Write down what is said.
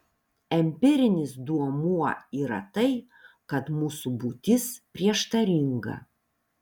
empirinis duomuo yra tai kad mūsų būtis prieštaringa